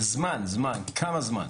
זמן, כמה זמן?